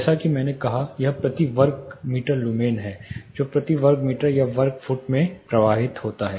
जैसा कि मैंने कहा कि यह प्रति वर्ग मीटर लुमेन है जो प्रति वर्ग मीटर या वर्ग फुट में प्रवाहित होता है